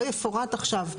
לא יפורט עכשיו,